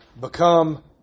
Become